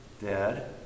Dad